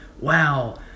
wow